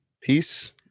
Peace